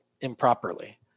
improperly